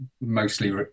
mostly